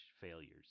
failures